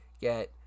get